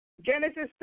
Genesis